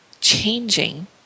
changing